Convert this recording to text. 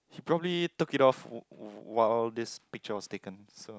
she probably took it off whi~ while this picture was taken so